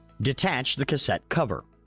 detach the cassette cover.